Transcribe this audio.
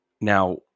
Now